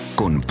con